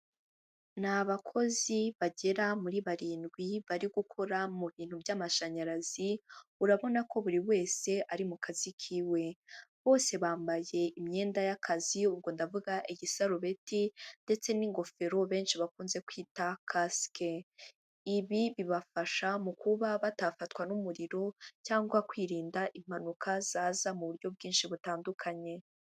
Nabakozi bagera muri barindwi bari gukora mu bintu by'amashanyarazi urabona ko buri wese ari mu kazi ke bose bambaye imyenda y'akazi ubwo ndavuga igisarubeti ndetse n'ingofero benshi bakunze kwita kasike. Ibi bibafasha mu kuba batafatwa n'umuriro cyangwa kwirinda impanuka zaza mu buryo bwinshi butandukanye.